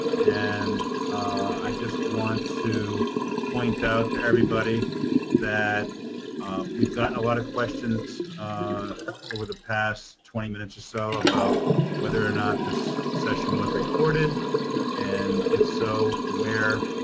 and i just want to point out to everybody that we've gotten a lot of questions over the past twenty minutes or so about whether or not this session was recorded and, if so, where